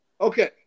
Okay